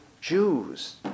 Jews